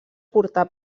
portar